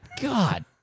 God